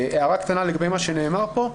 הערה קטנה לגבי מה שנאמר פה,